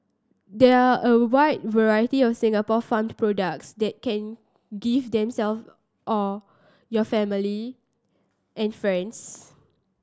there are a wide variety of Singapore famed products that can gift themself or your family and friends